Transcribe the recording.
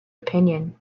opinion